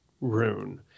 rune